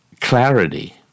clarity